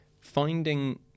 finding